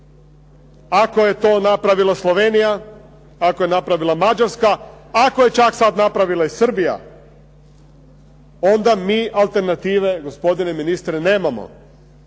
Ako je to napravila Slovenija, ako je napravila Mađarska, ako je čak sada napravila i Srbija, onda mi alternative gospodine ministre nemamo.